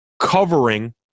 covering